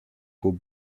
qu’aux